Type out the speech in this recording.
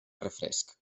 refresc